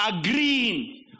agreeing